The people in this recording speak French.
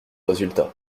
résultat